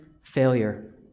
failure